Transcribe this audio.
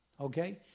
Okay